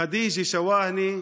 ח'דיג'ה שואהנה,